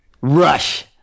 Rush